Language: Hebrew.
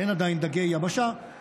אין עדיין דגי יבשה,